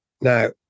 now